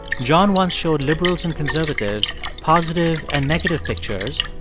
john once showed liberals and conservatives positive and negative pictures,